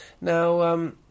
Now